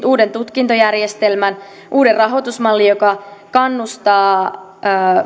uuden tutkintojärjestelmän uuden rahoitusmallin joka kannustaa